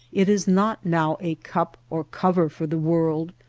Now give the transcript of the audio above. it is not now a cup or cover for the world,